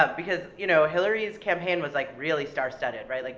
but because, you know, hilary's campaign was like really star studded, right? like